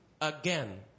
again